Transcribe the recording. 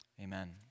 Amen